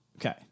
Okay